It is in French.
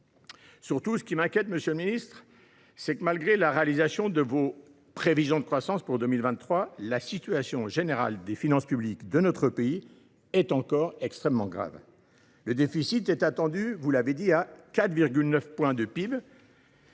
Surtout, ce qui m’inquiète, monsieur le ministre, c’est que, malgré la réalisation de vos prévisions de croissance pour 2023, la situation générale des finances publiques est encore extrêmement grave. Le déficit attendu s’élève à 4,9 % du PIB.